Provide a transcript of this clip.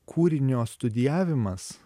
kūrinio studijavimas